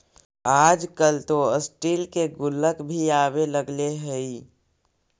आजकल तो स्टील के गुल्लक भी आवे लगले हइ